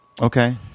okay